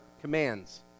commands